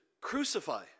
crucify